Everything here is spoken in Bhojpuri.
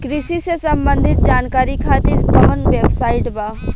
कृषि से संबंधित जानकारी खातिर कवन वेबसाइट बा?